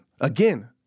Again